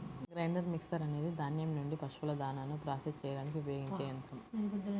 grinder mixer అనేది ధాన్యం నుండి పశువుల దాణాను ప్రాసెస్ చేయడానికి ఉపయోగించే యంత్రం